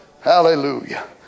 hallelujah